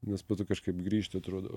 nes po to kažkaip grįžti atrodo